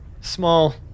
small